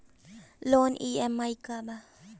Loan EMI का बा?